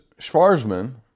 Schwarzman